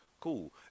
cool